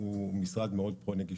הוא משרד מאוד פרו נגישות,